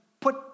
put